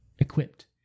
equipped